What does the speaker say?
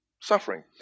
Suffering